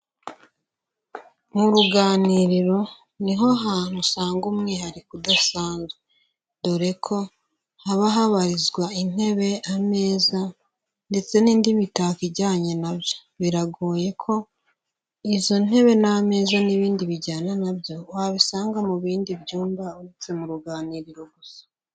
Mu ruganiriro ni ho hantu usanga umwihariko udasanzwe. Dore ko haba habarizwa intebe, ameza ndetse n'indi mitako ijyanye na byo. Biragoye ko izo ntebe n'ameza n'ibindi bijyana na byo, wabisanga mu bindi byumba uretse mu ruganiriro gusa.